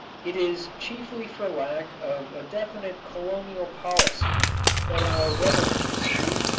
it is chiefly for lack of a definite colonial policy that our rubber industry,